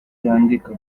yandika